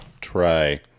try